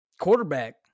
quarterback